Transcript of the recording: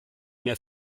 mehr